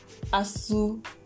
ASU